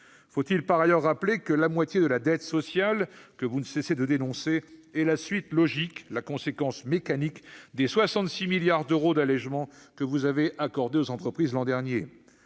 Faut-il en outre rappeler que la moitié de la dette sociale, que vous ne cessez de dénoncer, est la suite logique, la conséquence mécanique des 66 milliards d'euros d'allégements que vous avez accordés aux entreprises l'an dernier